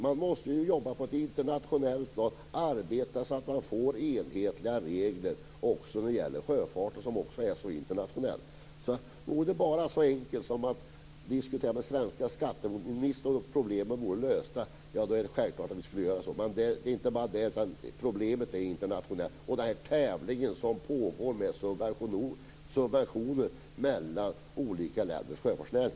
Man måste ju jobba på ett internationellt plan här så att man får enhetliga regler också när det gäller sjöfarten som är så internationell. Om det bara vore så enkelt som att diskutera med den svenska skatteministern för att problemen skulle vara lösta skulle vi självfallet göra det. Men problemen är internationella. Det pågår ju en tävling med subventioner mellan olika länders sjöfartsnäring.